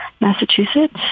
Massachusetts